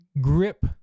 grip